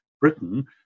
Britain